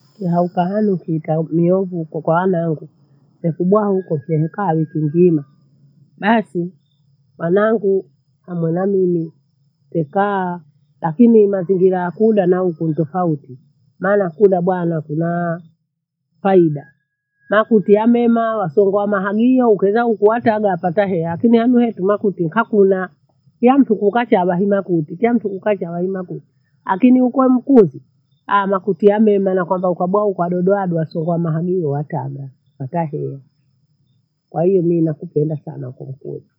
Yahauka hanu nithitaa yehu huko kwa wanangu. Tetibwaa tetie hekaa wiki mbiyi. Basi wanangu wamwenamimi tekaa lakini mazingira yakuda na huku ni tofauti, maana kuda bwana kunaa faida nakutia memaa nasongoa mhagio kwenda nkuwataga wapata hela. Lakini hanu wethimakuti nkakuna yamtu kukacha hawathina kuti, kyamtu kukacha hawathina kuti. Akini uko wamkuthi, aah! makuti yamema nakamba ukabwa ukadodoa hadu wasogoa mahagio watada watahehio. Kwahiyo mimi nakupenda sana huko mkuye.